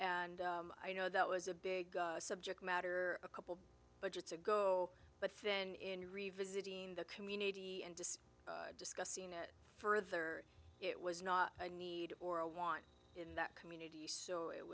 and i know that was a big subject matter a couple budgets ago but then in revisiting the community and just discussing it further it was not a need or a want in that community so it